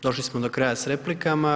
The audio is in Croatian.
Došli smo do kraja s replikama.